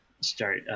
start